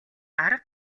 арга